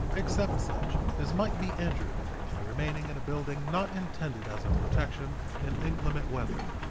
except such as might be injured by remaining in a building not intended as a protection in inclement weather,